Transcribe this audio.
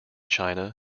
china